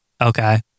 Okay